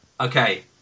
Okay